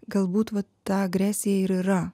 galbūt vat ta agresija ir yra